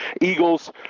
Eagles